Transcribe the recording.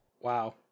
wow